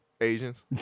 Asians